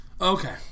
Okay